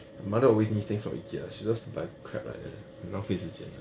my mother always needs things from ikea she loves to buy crap like that 很浪费时间